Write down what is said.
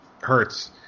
hurts